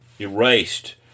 erased